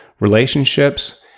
relationships